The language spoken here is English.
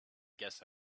guess